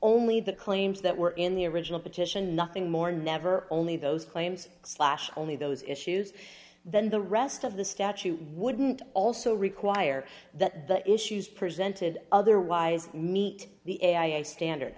only the claims that were in the original petition nothing more never only those claims slash only those issues then the rest of the statue wouldn't also require that the issues presented otherwise meet the a i a standard